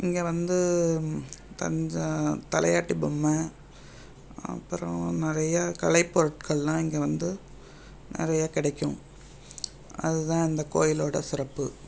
இங்கே வந்து தஞ்சை தலையாட்டி பொம்மை அப்புறம் நிறையா கலைப் பொருட்கள்லாம் இங்கே வந்து நிறையா கிடைக்கும் அது தான் இந்த கோயிலோடய சிறப்பு